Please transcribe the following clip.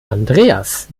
andreas